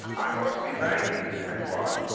i must be banking he replies.